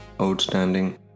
outstanding